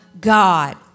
God